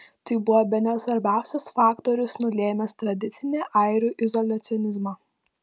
tai buvo bene svarbiausias faktorius nulėmęs tradicinį airių izoliacionizmą